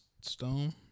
Stone